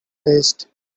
faced